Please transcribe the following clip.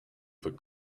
for